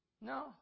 No